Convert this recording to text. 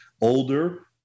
older